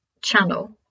channel